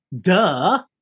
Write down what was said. duh